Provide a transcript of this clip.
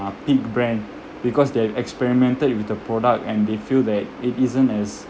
peak brand because they've experimented with the product and they feel that it isn't as